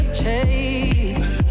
chase